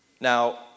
Now